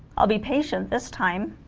i'll be patient this time